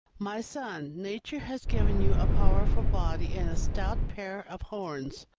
my son, nature has given you a powerful body and a stout pair of horns,